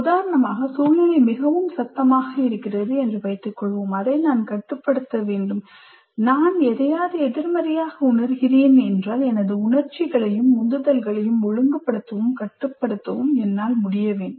உதாரணமாக சூழ்நிலை மிகவும் சத்தமாக இருக்கிறது என்று வைத்துக்கொள்வோம் அதை நான் கட்டுப்படுத்த வேண்டும் நான் எதையாவது எதிர்மறையாக உணர்கிறேன் என்றால் எனது உணர்ச்சிகளையும் உந்துதல்களையும் ஒழுங்குபடுத்தவும் கட்டுப்படுத்தவும் என்னால் முடிய வேண்டும்